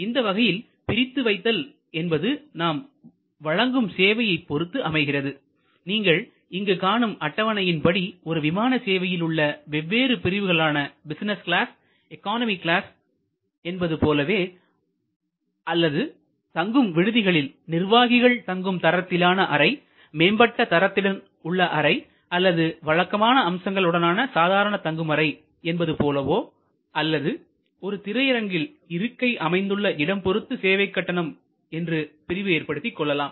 இந்த வகையில் பிரித்து வைத்தல் என்பது நாம் வழங்கும் சேவையைப் பொருத்து அமைகிறது நீங்கள் இங்கு காணும் அட்டவணையின்படி ஒரு விமான சேவையில் உள்ள வெவ்வேறு பிரிவுகளான பிசினஸ் கிளாஸ் எக்கானமி கிளாஸ் என்பது போலவோ அல்லது தங்கும் விடுதிகளில் நிர்வாகிகள் தங்கும் தரத்திலான அறை மேம்பட்ட தரத்துடன் உள்ள தங்கும் அறை அல்லது வழக்கமான அம்சங்கள் உடனான சாதாரண தங்கும் அறை என்பது போலவோ அல்லது ஒரு திரையரங்கில் இருக்கை அமைந்துள்ள இடம் பொருத்து சேவைக்கட்டணம் என்று பிரிவு ஏற்படுத்திக் கொள்ளலாம்